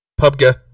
PUBG